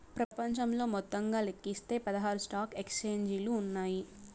ప్రపంచంలో మొత్తంగా లెక్కిస్తే పదహారు స్టాక్ ఎక్స్చేంజిలు ఉన్నాయి